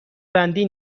بندی